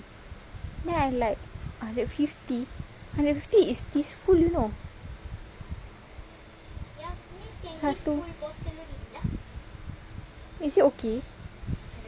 then I like hundred fifty hundred fifty is this full you know satu is it okay